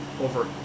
over